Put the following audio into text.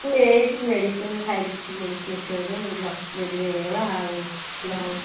ମୁଁ ଏଇଠି ମେଡ଼ିସିନ୍ ଖାଇ ଦେଇଥିଲି ମେଡ଼ିସିନ୍ ଷ୍ଟୋରରୁ ହେଇଗଲା ଆଉ